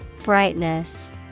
Brightness